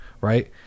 right